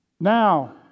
Now